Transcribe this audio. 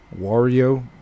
Wario